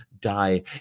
die